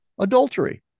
Adultery